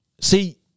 See